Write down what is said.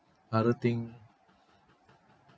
other thing